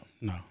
No